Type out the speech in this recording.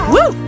Woo